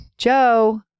Joe